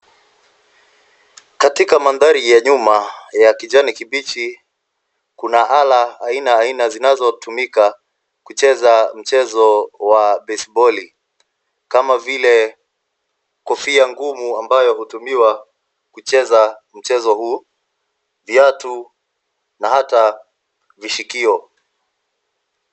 Katika mandhari ya nyuma ya kijani kibichi kuna ala aina aina zinazotumika kucheza mchezo wa basebali kama vile kofia ngumu ambayo hutumiwa kucheza mchezo huu viatu na hata vishikio.